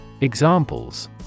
Examples